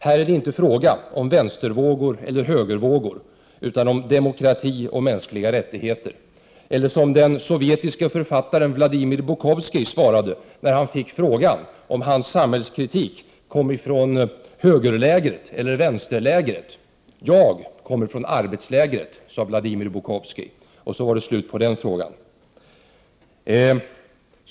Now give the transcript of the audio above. Här är det inte fråga om vänstervåg eller högervåg, utan om demokrati och mänskliga rättigheter, eller för att uttrycka det som den sovjetiske författaren Vladimir Bukovski när han fick frågan om hans samhällskritik kom från högerläger eller vänsterläger: ”Jag kommer från arbetsläger”. Så var det inte mer med den frågan.